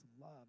love